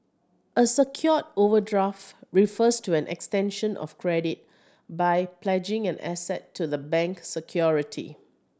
a secured overdraft refers to an extension of credit by pledging an asset to the bank security